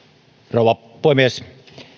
rouva puhemies